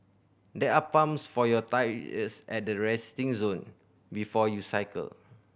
there are pumps for your tyres at the resting zone before you cycle